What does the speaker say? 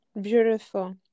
Beautiful